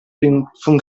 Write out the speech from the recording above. function